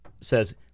says